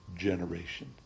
Generation